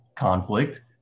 Conflict